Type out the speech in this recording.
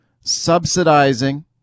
subsidizing